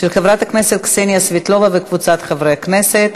של חברת הכנסת קסניה סבטלובה וקבוצת חברי הכנסת.